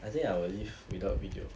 I think I will live without video